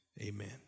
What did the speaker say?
amen